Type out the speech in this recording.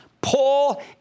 Paul